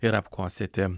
ir apkosėti